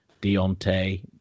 Deontay